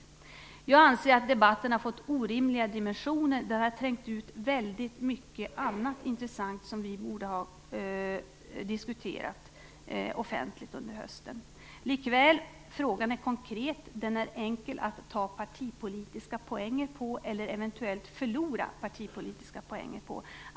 Jag anser att debatten har fått orimliga dimensioner och har trängt ut väldigt mycket annat intressant som vi borde ha diskuterat offentligt under hösten. Likväl är frågan konkret, och den är enkel att ta - eller eventuellt förlora - partipolitiska poänger på.